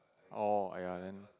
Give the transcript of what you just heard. oh !aiya! then